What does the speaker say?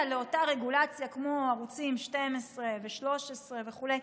לאותה רגולציה כמו ערוצים 12 ו-13 וכו',